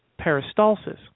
peristalsis